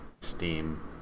Steam